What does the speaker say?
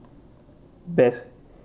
best